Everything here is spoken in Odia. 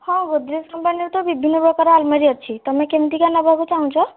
ହଁ ଗଡ଼୍ରେଜ୍ କମ୍ପାନୀର ତ ବିଭିନ୍ନ ପ୍ରକାର ଆଲମାରୀ ଅଛି ତୁମେ କେମିତିକା ନେବାକୁ ଚାହୁଁଛ